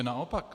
Naopak.